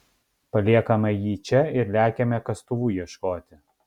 paliekame jį čia ir lekiame kastuvų ieškoti